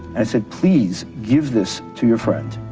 i said please give this to your friend.